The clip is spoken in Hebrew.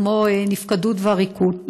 כמו נפקדות ועריקות,